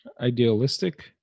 idealistic